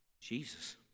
Jesus